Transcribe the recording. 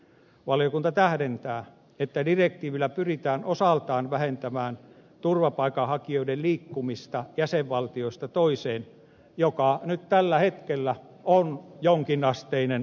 valiokunta tähdentää että direktiivillä pyritään osaltaan vähentämään turvapaikanhakijoiden liikkumista jäsenvaltioista toiseen joka nyt tällä hetkellä on jonkinasteinen ongelma